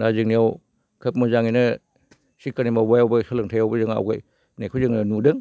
दा जोंनियाव खोब मोजाङैनो शिक्षानि मावबायावबो सोलोंथायावबो जोंहा आवगायनायखौ जोङो नुदों